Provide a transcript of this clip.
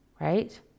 right